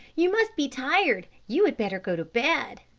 you must be tired, you had better go to bed,